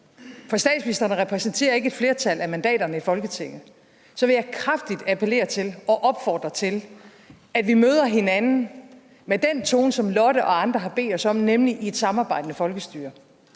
for statsministeren repræsenterer ikke et flertal af mandaterne i Folketinget, så vil jeg kraftigt appellere til og opfordre til, at vi møder hinanden med den tone, som Lotte og andre har bedt os om at have, nemlig den, der passer til et samarbejdende folkestyre.